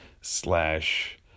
slash